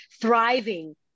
thriving